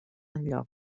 enlloc